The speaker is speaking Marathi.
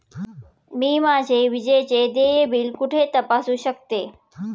मी माझे विजेचे देय बिल कुठे तपासू शकते?